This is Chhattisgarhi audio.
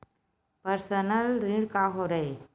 पर्सनल ऋण का हरय?